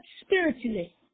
spiritually